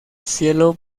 cielo